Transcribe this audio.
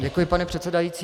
Děkuji, pane předsedající.